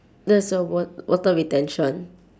that's the wa~ water retention